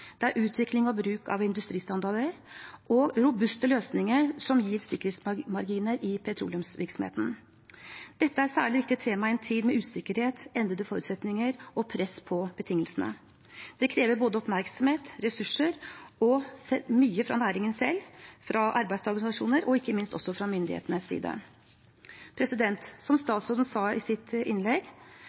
det er utvikling og bruk av industristandarder og robuste løsninger som gir sikkerhetsmarginer i petroleumsvirksomheten. Dette er særlig viktige tema i en tid med usikkerhet, endrede forutsetninger og press på betingelsene, og det krever både oppmerksomhet, ressurser og mye fra næringen selv, fra arbeidstakerorganisasjoner og ikke minst også fra myndighetenes side. Som statsråden sa i sitt innlegg: